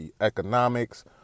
economics